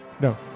No